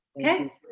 Okay